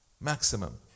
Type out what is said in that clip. Maximum